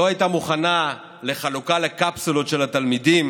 לא הייתה מוכנה לחלוקה לקפסולות של התלמידים.